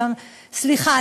סליחה,